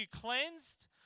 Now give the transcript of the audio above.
cleansed